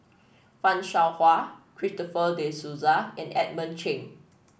Fan Shao Hua Christopher De Souza and Edmund Cheng